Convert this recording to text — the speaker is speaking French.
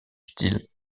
style